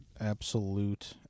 absolute